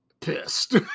pissed